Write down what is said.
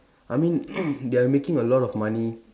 I mean they are making a lot of money